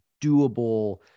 doable